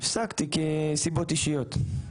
הפסקתי, כי סיבות אישיות.